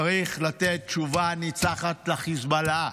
צריך לתת תשובה ניצחת לחיזבאללה.